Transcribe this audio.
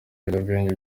ibiyobyabwenge